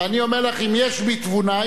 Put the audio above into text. ואני אומר לך: אם יש בי תבונה,